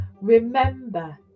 Remember